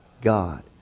God